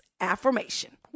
affirmation